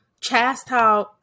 chastise